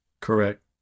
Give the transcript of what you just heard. Correct